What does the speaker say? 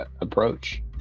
approach